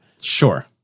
Sure